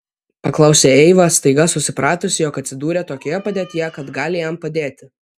paklausė eiva staiga susipratusi jog atsidūrė tokioje padėtyje kad gali jam padėti